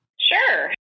Sure